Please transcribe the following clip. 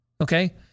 Okay